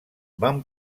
van